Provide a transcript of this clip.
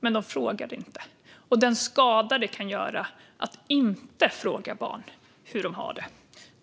Men de frågade inte. Det handlar om den skada det kan göra att inte fråga barn hur de har det.